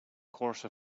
course